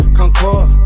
concord